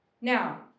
Now